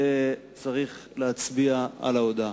צריך להצביע על ההודעה,